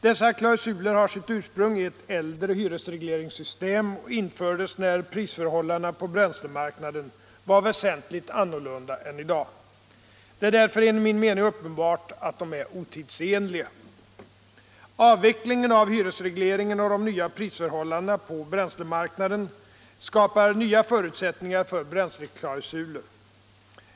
Dessa klausuler har sitt ursprung i ett äldre hyresregleringssystem och infördes när prisförhållandena på bränslemarknaden var väsentligt annorlunda än i dag. Det är därför enligt min mening uppenbart att de är otidsenliga. Avvecklingen av hyresregleringen och de nya prisförhållandena på bränslemarknaden skapar nya förutsättningar för bränsleklausuler.